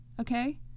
Okay